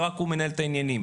רק הוא מנהל את העניינים?